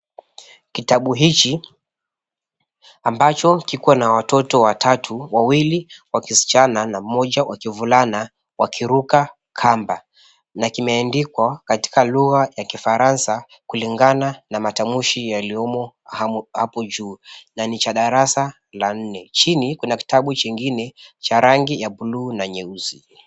Kitabu hiki, ambacho kiko na watoto watatu wawili wa kischana na mmoja wa kivulana wakiruka kamba. Na kimeandikwa katika lugha ya kifaransa kulingana na matamshi yaliyomo hapo juu na ni cha darasa la nne. Chini kuna kitabu chengine kilicho na rangi ya blue na nyeusi.